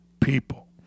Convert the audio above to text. people